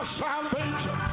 salvation